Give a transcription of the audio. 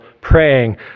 praying